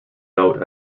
out